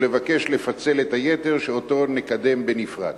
ואת היתר נקדם בנפרד.